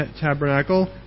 tabernacle